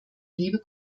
liebe